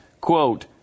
quote